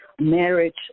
marriage